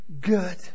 good